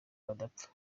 badapfa